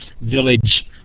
village